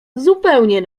zupełnie